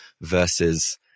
versus